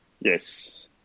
Yes